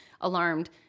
alarmed